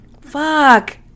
Fuck